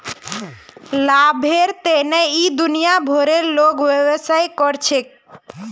लाभेर तने इ दुनिया भरेर लोग व्यवसाय कर छेक